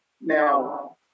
Now